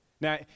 now